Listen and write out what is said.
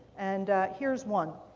and here's one.